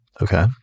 Okay